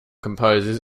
composers